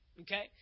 Okay